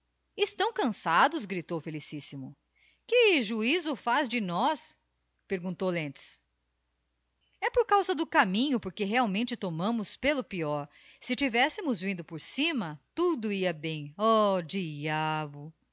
estão cançados gritou felicissimo que juízo faz de nós perguntou lentz e por causa do caminho porque realmente tomámos pelo peior si tivéssemos vindo por cima tudo ia bem oh diabo